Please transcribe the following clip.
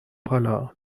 حالا